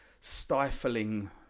stifling